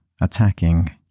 attacking